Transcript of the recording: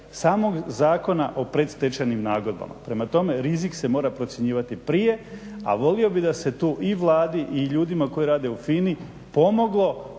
samog Zakona o predstečajnim nagodbama. Prema tome, rizik se mora procjenjivati prije. A volio bih da se tu i Vladi i ljudima koji rade u FINA- pomoglo